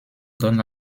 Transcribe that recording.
donne